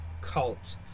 cult